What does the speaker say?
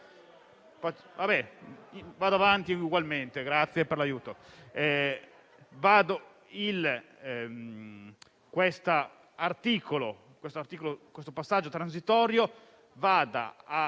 vado avanti ugualmente, grazie per l'aiuto.